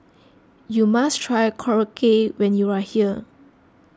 you must try Korokke when you are here